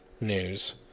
news